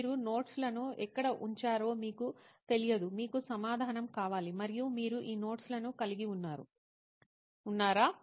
మీరు నోట్స్ లను ఎక్కడ ఉంచారో మీకు తెలియదు మీకు సమాధానం కావాలి మరియు మీరు ఈ నోట్స్ లను కలిగి ఉన్నారా